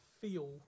feel